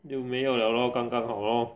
又没有 liao lor 刚刚好 lor